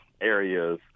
areas